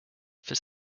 for